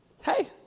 Hey